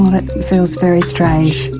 that feels very strange,